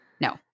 No